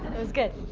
it was good.